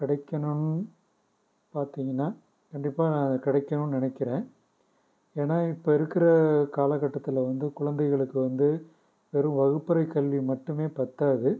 கிடைக்கணுன்னு பார்த்தீங்கன்னா கண்டிப்பாக நான் இது கிடைக்கணுன்னு நினைக்கிறேன் ஏன்னா இப்போ இருக்கிற காலகட்டத்தில் வந்து குழந்தைகளுக்கு வந்து வெறும் வகுப்பறை கல்வி மட்டுமே பத்தாது